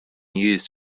used